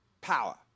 power